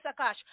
sakash